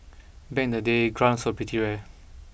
back in the day grants were pretty rare